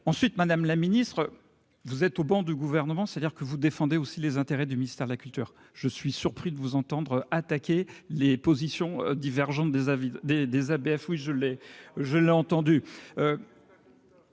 ensuite, madame la ministre, vous êtes au banc du gouvernement, c'est-à-dire que vous défendez aussi les intérêts du ministère de la culture, je suis surpris de vous entendre attaquer les positions divergentes des avis des des